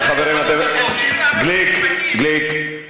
חברת הכנסת רויטל סויד,